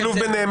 שילוב ביניהם,